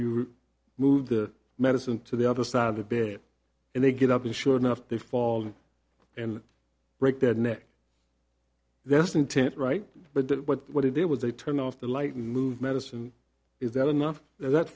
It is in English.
you move the medicine to the other side of the bed and they get up and sure enough they fall and break their neck that's intent right but what he did was they turned off the light move medicine is that enough that